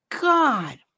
God